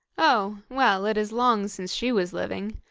oh! well, it is long since she was living.